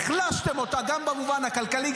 החלשתם אותה גם במובן הכלכלי,